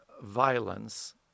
violence